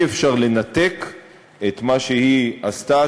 אי-אפשר לנתק את מה שהיא עשתה,